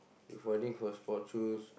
before this was sport shoes